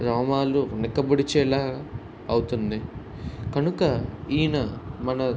రోమాలు నిక్కబొడిచేలా అవుతుంది కనుక ఈయన మన